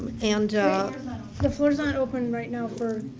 and the floor's not open right now for.